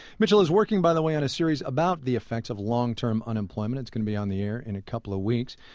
mitchell is working, by the way, on a series about the effects of long-term unemployment. it's going to be on the air in a couple of weeks.